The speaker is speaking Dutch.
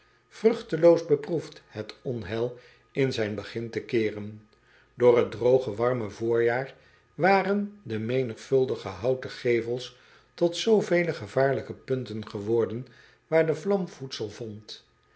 ruchteloos beproefd het onheil in zijn begin te keeren oor het drooge warme voorjaar waren de menigvuldige houten gevels tot zoovele gevaarlijke punten geworden waar de vlam voedsel vond